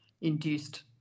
induced